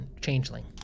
changeling